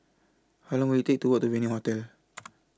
How Long Will IT Take to Walk to Venue Hotel